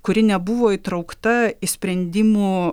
kuri nebuvo įtraukta į sprendimų